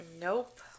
Nope